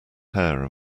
hair